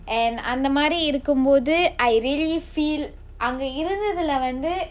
and அந்த மாரி இருக்கும் போது:antha maari irukkum pothu I really feel அங்க இருந்ததுல வந்து:anga irunthathula vanthu